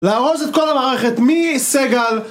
לארוז את כל המערכת, מיסגל?